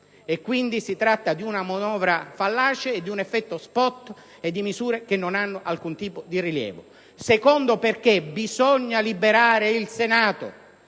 e, quindi, si tratta di una manovra fallace, di un effetto *spot* e di misure che non hanno alcun tipo di rilievo; in secondo luogo, bisogna liberare il Senato